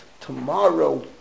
tomorrow